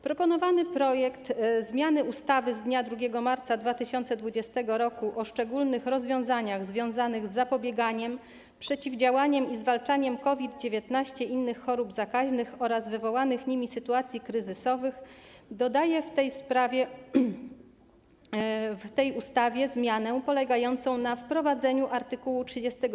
Proponowany projekt zmiany ustawy z dnia 2 marca 2020 r. o szczególnych rozwiązaniach związanych z zapobieganiem, przeciwdziałaniem i zwalczaniem COVID-19, innych chorób zakaźnych oraz wywołanych nimi sytuacji kryzysowych dodaje w tej ustawie zmianę polegającą na wprowadzeniu art. 31z.